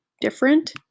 different